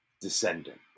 descendant